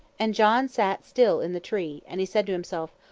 and john sat still in the tree, and he said to himself,